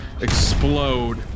explode